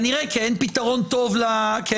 כנראה כי אין פתרון טוב לעניין,